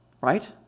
right